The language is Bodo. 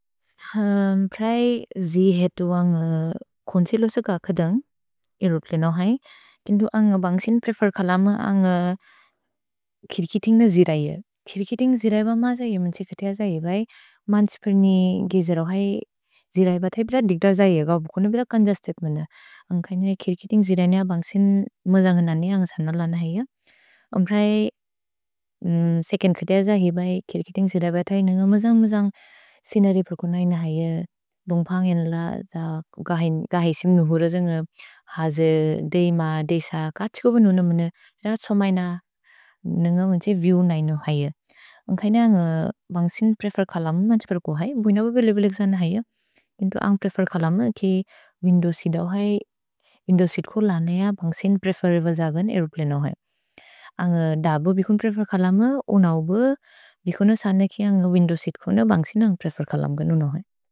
प्रए जि हेतु अन्ग् खोन्सि लोस क खदन्ग्, एरुत् लिनौ है। किन्तु अन्ग् बन्सिन् प्रेफेर् खलम अन्ग् खिर्कितिन्ग् न जिरैअ। खिर्कितिन्ग् जिरैब मज इएमन् त्से खतिअ ज हि बै, मन्स्पेर्नि गेज रौ है, जिरैब थै पिर दिग्द ज इअ, गौपो कुन बिद कन्ज सेत्मन। अन्ग् कैन्य खिर्कितिन्ग् जिरैनिअ बन्सिन् मजन्ग् ननि अन्ग् सन लनहिअ। अम् प्रए सेकेन् खतिअ ज हि बै, खिर्कितिन्ग् जिरैब थै निन मजन्ग् मजन्ग् सिनरि प्रकुन ऐन है, दुन्ग् पन्गन्ल ज गहि सिम्नु हुर ज न्ग हजे, देइम, देस, कत्सिकोबो नुन मुन र त्सो मैन नन्ग मन्से विएव् नैन है। अन्ग् कैन्य अन्ग् बन्सिन् प्रेफेर् खलम मन्स्पेर्को है, बुइन ब बेलेबेलेक् जन है, किन्तु अन्ग् प्रेफेर् खलम कि विन्दोव् सेअत् औ है, विन्दोव् सेअत् को लनहिअ बन्सिन् प्रेफेरब्ले जगन् अएरोप्लने औ है। अन्ग् दबु बिकुन् प्रेफेर् खलम, ओनौबु, बिकुन सन कि अन्ग् विन्दोव् सेअत् कोन, बन्सिन् अन्ग् प्रेफेर् खलम गुनुन है।